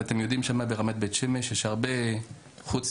ברמת בית שמש יש הרבה חוצניקים.